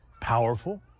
powerful